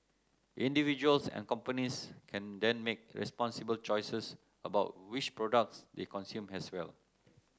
individuals and companies can then make responsible choices about which products they consume as well